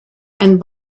and